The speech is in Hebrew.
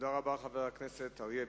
תודה רבה לחבר הכנסת אריה ביבי.